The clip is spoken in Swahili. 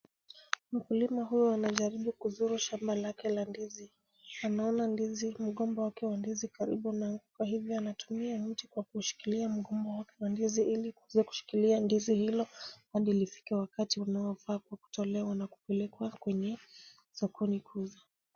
Mkulima huyu anajaribu kuzuru shamba lake la ndizi. Anaona ndizi, mgomba wake wa ndizi karibu nao, kwa hivyo anatumia mti kwa kushikilia mgomba wake wa ndizi ili kuweza kushikilia ndizi hilo hadi lifike wakati unaofaa kutolewa na kupelekwa kwenye sokoni kuuzwa.